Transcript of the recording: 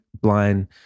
blind